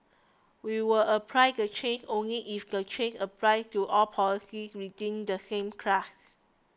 we will apply the changes only if the changes apply to all policies within the same class